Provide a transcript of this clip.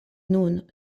nun